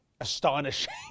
Astonishing